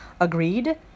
agreed